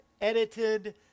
edited